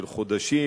של חודשים,